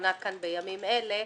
שנדונה כאן בימים אלה,